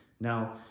Now